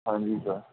ਹਾਂਜੀ ਸਰ